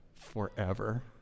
forever